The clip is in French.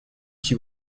qui